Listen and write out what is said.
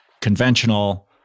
conventional